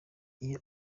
iyo